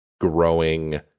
growing